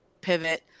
pivot